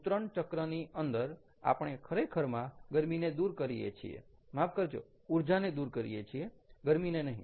ઉતરણ ચક્રની અંદર આપણે ખરેખરમાં ગરમીને દૂર કરીએ છીએ માફ કરજો ઊર્જાને દૂર કરીએ છીએ ગરમીને નહીં